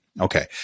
Okay